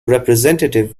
representative